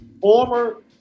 former